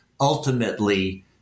ultimately